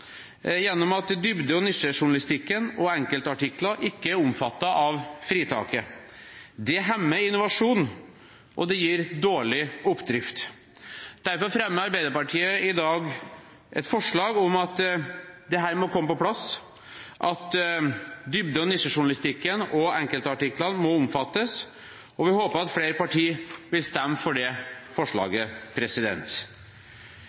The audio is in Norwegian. gjennom at dybde- og nisjejournalistikken og enkeltartikler ikke er omfattet av fritaket. Det hemmer innovasjon, og det gir dårlig oppdrift. Derfor fremmer Arbeiderpartiet i dag et forslag om at dette må komme på plass, at dybde- og nisjejournalistikken og enkeltartiklene må omfattes, og vi håper at flere partier vil stemme for det